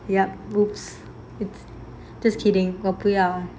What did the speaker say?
ya !oops! it's just kidding 我不要